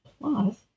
Plus